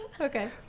Okay